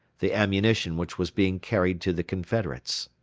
the ammunition which was being carried to the confederates.